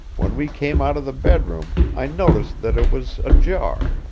when we came out of the bedroom i noticed that it was ajar,